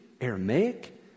Aramaic